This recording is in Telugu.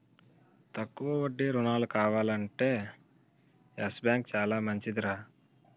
తక్కువ వడ్డీ రుణాలు కావాలంటే యెస్ బాంకు చాలా మంచిదిరా